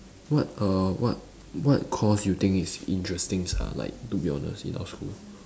what err what what course you think is interesting sia like to be honest in our school